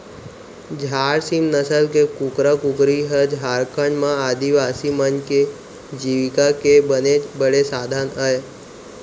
झार सीम नसल के कुकरा कुकरी ह झारखंड म आदिवासी मन के जीविका के बनेच बड़े साधन अय